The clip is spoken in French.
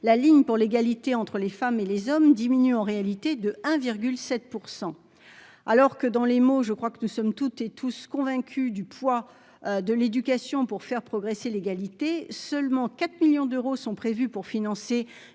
la ligne pour l'égalité entre les femmes et les hommes diminue en réalité de 1 7 %% alors que dans les mots, je crois que nous sommes toutes et tous convaincus du poids de l'éducation pour faire progresser l'égalité : seulement 4 millions d'euros sont prévus pour financer